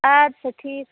اَدٕ سا ٹھیٖک